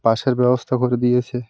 পাসের ব্যবস্থা করে দিয়েছে